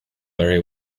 very